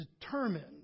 determined